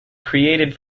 created